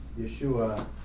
Yeshua